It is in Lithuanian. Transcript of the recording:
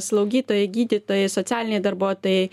slaugytojai gydytojai socialiniai darbuotojai